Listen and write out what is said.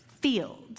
field